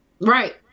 Right